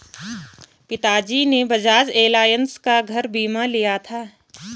पिताजी ने बजाज एलायंस का घर बीमा लिया था